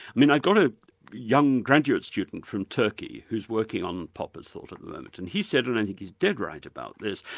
i mean i got a young graduate student from turkey who's working on popper's thought at the moment, but and he said and i think he's dead right about this,